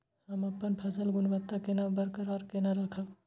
हम अपन फसल गुणवत्ता केना बरकरार केना राखब?